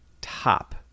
top